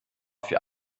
für